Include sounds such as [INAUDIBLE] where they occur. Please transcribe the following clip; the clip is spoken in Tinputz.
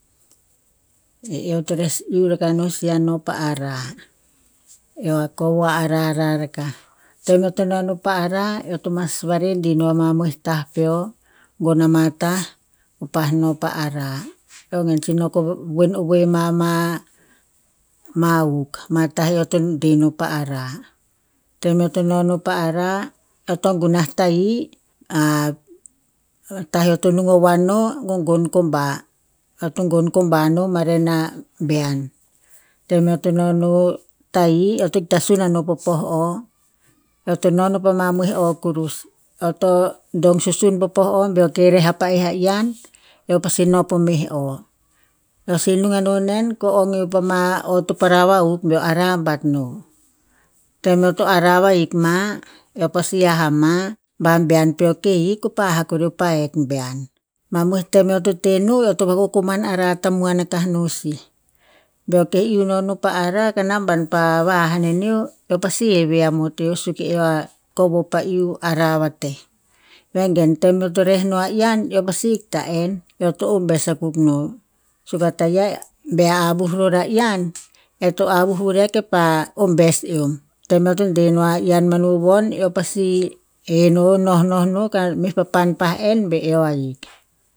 Eo to res iuh rakah nosi a no pa arah, eo kovo ar- arah rakah. Tem eo to no non pa arah, eo to ma va redi no a mamoi tah peo, gon ama tah keo pa no pa arah. Eo gen to no ko woen ovoe ma ama, ma huk tah eo to deh no pa arah. Tem eo to nonoh pa arah, eo to gunah tahi [HESITATION] tah eo to nung wowoan no, gogon komba, eo to gon no maren a bien. Tem eo to nonoh tahi eo to ikta suun no po pa'oh o, eo to nonon po mamoi o kurus. Eo to dong susun po poh o beo keh reh a pa'eh a yian, eo pasi no po meh o. Eo si nung ano nen ko ong eo pa ma o topara vahuk beo arah bat no. Tem eo to arah vahik ma, eo pasi ha a ma ba byan peo keh hik ko pa ha kureo pa hek bian. Mamoi tem eo to teh no eo to wakokoman arah tamuan akah nosi. Beo keh iuh nonon pa arah ka namban pa vaha aneneo, eo pasi heve amot eo suk eo a kovo pa iuh arah vateh. Vengen tem eo to reh no a yian, eo pasi ikta enn, eo to ombes akuk no. Suk a taia be avuh ror a yian, eh to avuh vuria ke pa ombes eom. Tem eo to deh no a yian manu von eo pasi he no nohnoh noo ka meh papan pa enn be eo ahik.